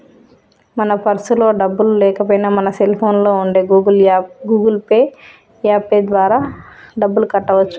మన పర్సులో డబ్బులు లేకపోయినా మన సెల్ ఫోన్లో ఉండే గూగుల్ పే యాప్ ద్వారా డబ్బులు కట్టవచ్చు